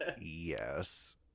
Yes